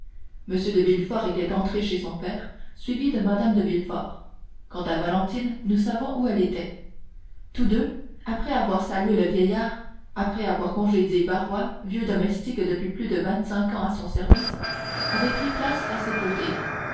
m de villefort était entré chez son père suivi de mme de villefort quant à valentine nous savons où elle était tous deux après avoir salué le vieillard après avoir congédié barrois vieux domestique depuis plus de vingt-cinq ans à son service avaient pris place à ses côtés